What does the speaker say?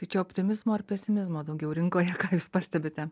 tai čia optimizmo ar pesimizmo daugiau rinkoje ką jūs pastebite